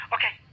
Okay